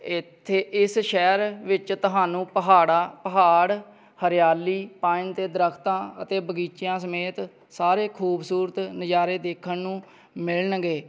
ਇੱਥੇ ਇਸ ਸ਼ਹਿਰ ਵਿੱਚ ਤੁਹਾਨੂੰ ਪਹਾੜਾਂ ਪਹਾੜ ਹਰਿਆਲੀ ਪਾਣੀ ਅਤੇ ਦਰਖਤਾਂ ਅਤੇ ਬਗੀਚਿਆਂ ਸਮੇਤ ਸਾਰੇ ਖੂਬਸੂਰਤ ਨਜਾਰੇ ਦੇਖਣ ਨੂੰ ਮਿਲਣਗੇ